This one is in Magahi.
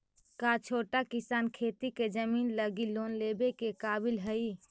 का छोटा किसान खेती के जमीन लगी लोन लेवे के काबिल हई?